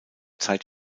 zeit